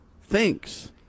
thinks